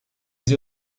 sie